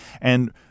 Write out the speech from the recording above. and-